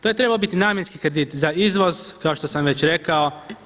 To je trebao biti namjenski kredit za izvoz kao što sam već rekao.